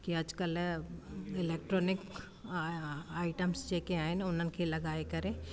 की अॼुकल्ह इलेक्ट्रॉनिक आहे आईटम्स जेके आहिनि उन्हनि खे लॻाए करे